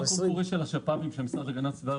20. גם בקול קורא של השפ"פים של המשרד להגנת הסביבה